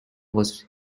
was